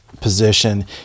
position